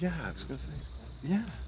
yeah yeah